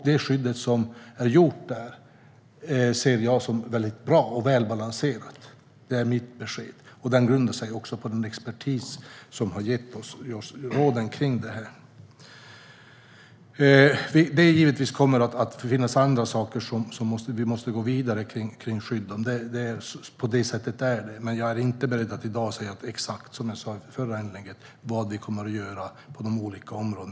Det skydd som har inrättats där ser jag som bra och välbalanserat; det är mitt besked. Beslutet grundar sig på den expertis som har gett oss råd om allt detta. Det finns givetvis andra saker som vi måste gå vidare med när det gäller skydd. Så är det. Men som jag sa i mitt förra inlägg är jag inte i dag beredd att exakt säga vad vi kommer att göra inom de olika områdena.